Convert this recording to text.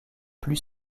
plus